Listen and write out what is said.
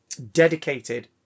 dedicated